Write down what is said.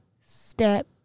step